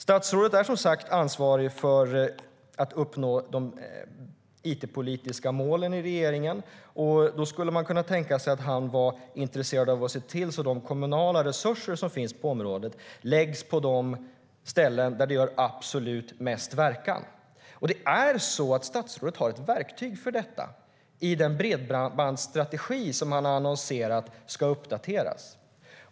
Statsrådet är som sagt ansvarig i regeringen för att uppnå de it-politiska målen, och då skulle man kunna tänka sig att han är intresserad av att se till att de kommunala resurser som finns på området läggs på de ställen där de gör absolut mest verkan. Statsrådet har ett verktyg för detta i den bredbandsstrategi som han har annonserat ska uppdateras.